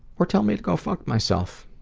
or tell me to go fuck myself.